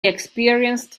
experienced